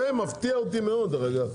זה מפתיע אותי מאוד, דרך אגב.